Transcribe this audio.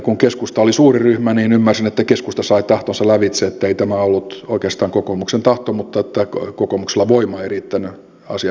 kun keskusta oli suurin ryhmä niin ymmärsin että keskusta sai tahtonsa lävitse ettei tämä ollut oikeastaan kokoomuksen tahto mutta että kokoomuksella voima ei riittänyt asian estämiseen